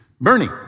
Bernie